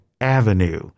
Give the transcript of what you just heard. Avenue